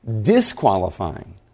disqualifying